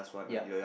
yup